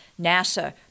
NASA